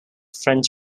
french